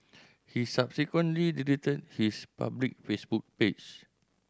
he subsequently deleted his public Facebook page